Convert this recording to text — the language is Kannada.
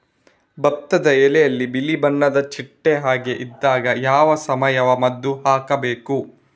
ಭತ್ತದ ಎಲೆಯಲ್ಲಿ ಬಿಳಿ ಬಣ್ಣದ ಚಿಟ್ಟೆ ಹಾಗೆ ಇದ್ದಾಗ ಯಾವ ಸಾವಯವ ಮದ್ದು ಹಾಕಬೇಕು?